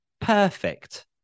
Perfect